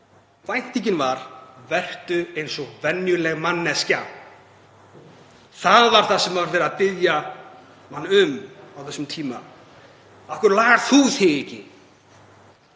Væntingin var: Vertu eins og venjuleg manneskja. Það var það sem verið var að biðja mann um á þeim tíma. Af hverju lagar þú þig ekki?